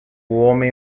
homem